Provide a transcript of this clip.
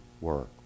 work